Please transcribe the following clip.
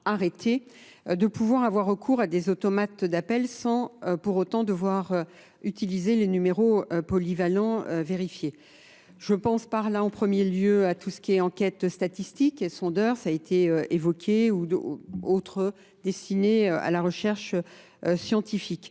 arrêter de pouvoir avoir recours à des automates d'appels sans pour autant devoir utiliser les numéros polyvalents vérifiés. Je pense par là en premier lieu à tout ce qui est enquête statistique et sondeur, ça a été évoqué ou d'autres destinés à la recherche scientifique.